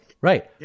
right